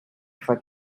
for